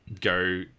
go